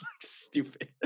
stupid